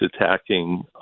attacking